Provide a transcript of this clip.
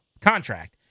contract